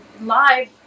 live